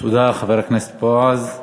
תודה לחבר הכנסת בועז טופורובסקי.